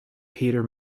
peter